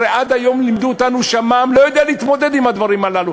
הרי עד היום לימדו אותנו שהמע"מ לא יודע להתמודד עם הדברים הללו.